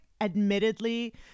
admittedly